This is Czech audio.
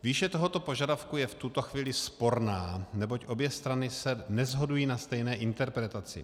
Výše tohoto požadavku je v tuto chvíli sporná, neboť obě strany se neshodují na stejné interpretaci.